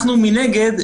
מנגד,